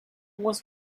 was